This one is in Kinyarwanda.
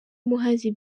muhazi